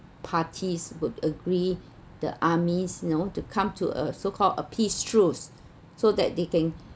parties would agree the armies you know to come to a so called a peace truce so that they can